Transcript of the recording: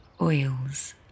Oils